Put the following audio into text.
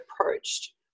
approached